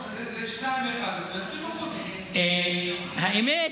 שניים מ-11, 20%. האמת,